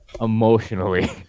emotionally